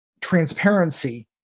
transparency